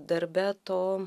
darbe to